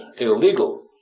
illegal